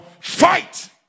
fight